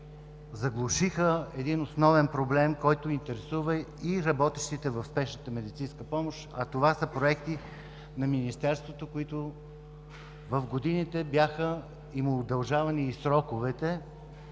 заглушиха един основен проблем, който интересува и работещите в спешната медицинска помощ, а това са проекти на Министерството, на които в годините бяха им удължавани сроковете